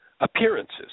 Appearances